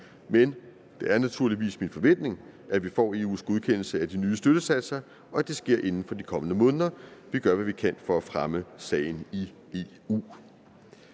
men det er naturligvis min forventning, at vi får EU's godkendelse af de nye støttesatser, og at det sker inden for de kommende måneder. Vi gør, hvad vi kan for at fremme sagen i EU.